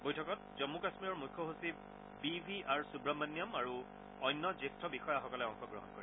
বৈঠকত জম্ম কাশ্মীৰৰ মুখ্য সচিব বি ভি আৰ সূৱমন্যাম আৰু অন্য জ্যেষ্ঠ বিষয়াসকলে অংশগ্ৰহণ কৰে